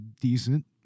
decent